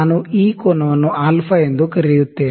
ನಾನು ಈ ಕೋನವನ್ನು ಅಲ್ಫಾ α ಎಂದು ಕರೆಯುತ್ತೇನೆ